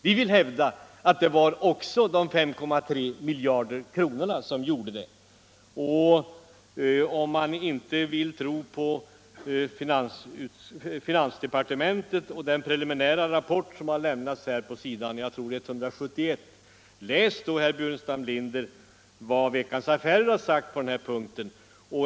Vi hävdar att de 5,3 miljarderna hade avgörande betydelse. Om ni inte vill tro på finansdepartementet och den preliminära rapport som lämnas på s. 171 i bilaga 1 till finansplanen, läs då, herr Burenstam Linder, vad Veckans Affärer har sagt på den punkten.